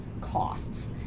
costs